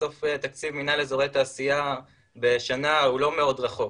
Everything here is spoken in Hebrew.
בסוף תקציב מינהל אזורי תעשייה בשנה הוא לא מאוד רחוק,